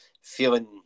feeling